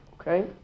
Okay